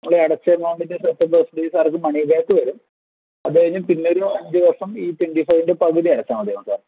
നമ്മൾ ഈ അടച്ച എമൗണ്ടിൻ്റെ സെർടൈൻ പേഴ്സൻ്റേജ് സാർക്ക് മണിബാക്ക് വരും അതുകഴിഞ്ഞു പിന്നെയൊരു അഞ്ച് വർഷം ഈ ട്വൻ്റി ഫൈവിൻ്റെ പകുതിയടച്ചാൽ മതിയാകും സാർ